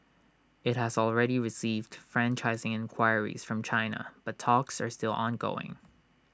IT has already received franchising enquiries from China but talks are still ongoing